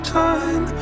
time